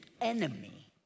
enemy